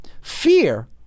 Fear